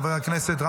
חבר הכנסת נאור שירי,